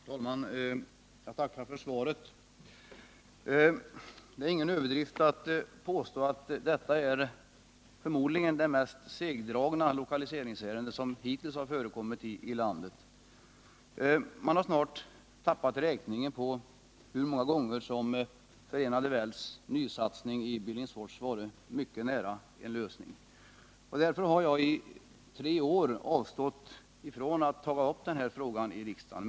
Herr talman! Jag tackar för svaret. Det är ingen överdrift att påstå att detta förmodligen är det mest segdragna lokaliseringsärende som hittills förekommit i landet. Man har snart tappat räkningen på hur många gånger Förenade Wells nysatsning i Billingsfors varit nära en lösning. Därför har jag i tre år avstått från att ta upp den här frågan i riksdagen.